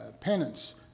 penance